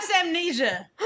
Amnesia